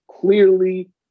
clearly